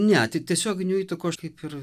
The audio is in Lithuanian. ne tie tiesioginių įtakų aš kaip ir